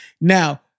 Now